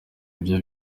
nibyo